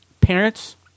parents